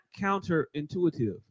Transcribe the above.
counterintuitive